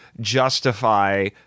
justify